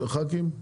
הח"כים?